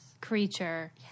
creature